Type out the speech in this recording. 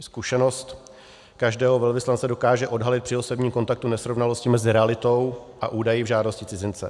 Zkušenost každého velvyslance dokáže odhalit při osobním kontaktu nesrovnalosti mezi realitou a údaji v žádosti cizince.